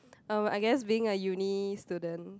erm I guess being a uni student